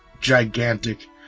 gigantic